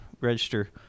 register